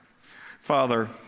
Father